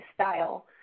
style